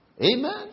Amen